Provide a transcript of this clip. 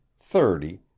thirty